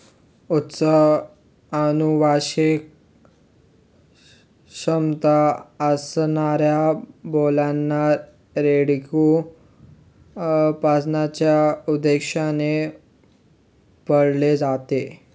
उच्च अनुवांशिक क्षमता असणाऱ्या बैलांना, रेडकू प्रजननाच्या उद्देशाने पाळले जाते